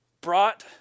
brought